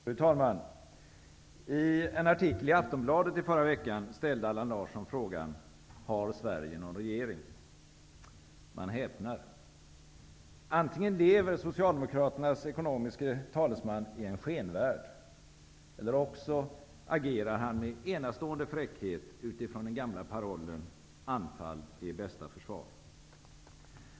Fru talman! I en artikel i Aftonbladet i förra veckan ställde Allan Larsson frågan: ''Har Sverige någon regering?'' Man häpnar. Antingen lever Socialdemokraternas ekonomiske talesman i en skenvärld, eller också agerar han med enastående fräckhet utifrån den gamla parollen: anfall är bästa försvar.